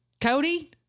Cody